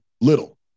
little